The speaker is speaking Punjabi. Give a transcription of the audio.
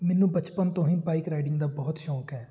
ਮੈਨੂੰ ਬਚਪਨ ਤੋਂ ਹੀ ਬਾਈਕ ਰਾਈਡਿੰਗ ਦਾ ਬਹੁਤ ਸ਼ੌਂਕ ਹੈ